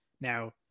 now